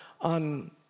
on